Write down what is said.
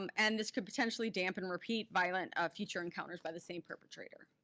um and this could potentially dampen repeat violent ah future encounters by the same perpetrator.